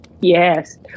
yes